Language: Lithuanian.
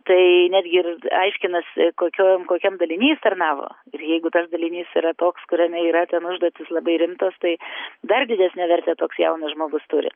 tai netgi ir aiškinasi kokiom kokiam daliny jis tarnavo ir jeigu tas dalinys yra toks kuriame yra ten užduotys labai rimtos tai dar didesnę vertę toks jaunas žmogus turi